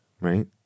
Right